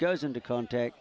goes into contact